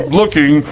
looking